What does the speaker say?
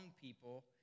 people